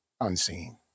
unseen